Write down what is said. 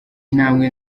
intambwe